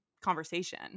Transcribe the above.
conversation